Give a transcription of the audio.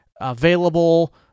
available